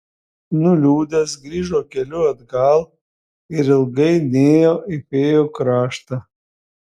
nuliūdęs grįžo keliu atgal ir ilgai nėjo į fėjų kraštą